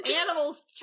animals